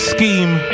Scheme